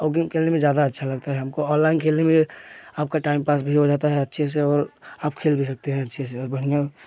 और गेम खेलने में ज़्यादा अच्छा लगता है हमको ऑनलाइन खेलने में आपका टाइम पास भी हो जाता है अच्छे से और आप खेल भी सकते हैं अच्छे से और बढ़िया